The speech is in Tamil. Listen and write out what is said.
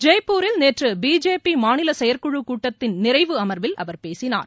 ஜெய்ப்பூரில் நேற்று பிஜேபி மாநில செயற்குழு கூட்டத்தின் நிறைவு அமர்வில் அவர் பேசினார்